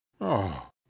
Oh